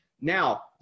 Now